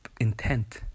intent